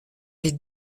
les